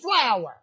flower